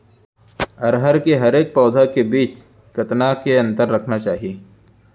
अरहर के हरेक पौधा के बीच कतना के अंतर रखना चाही?